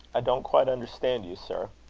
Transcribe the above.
i don't quite understand you, sir.